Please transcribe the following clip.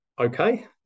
okay